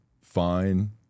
fine